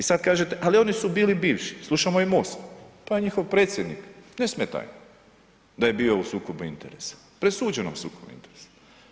I sad kažete ali oni su bili bivši, slušamo i MOST, pa i njihov predsjednik ne smeta im da je bio u sukobu interesa, presuđenom sukobu interesa.